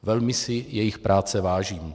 Velmi si jejich práce vážím.